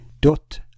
Dot